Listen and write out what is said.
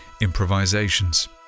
improvisations